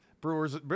Brewers